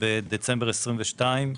בדצמבר 2022,